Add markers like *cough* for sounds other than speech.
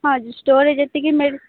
ହଁ ଯ ଷ୍ଟୋରରେ ଯେତିକି *unintelligible*